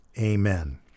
Amen